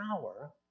power